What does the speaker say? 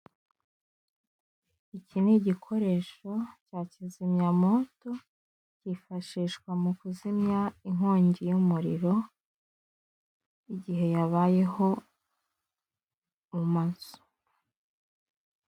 Iki ni igikoresho cya kizimyamoto cyifashishwa mu kuzimya inkongi y'umuriro igihe yabayeho mu mazu.